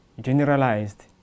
generalized